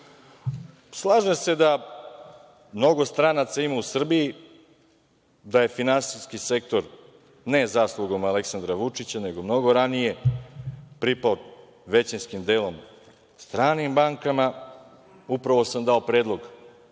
se da mnogo stranaca ima u Srbiji, da je finansijski sektor, ne zaslugom Aleksandra Vučića, nego mnogo ranije, pripao većinskim delom stranim bankama. Upravo sam dao predlog